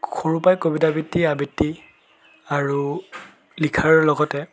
সৰুৰ পৰাই কবিতা আবৃত্তি আবৃত্তি আৰু লিখাৰ লগতে